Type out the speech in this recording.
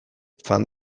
joan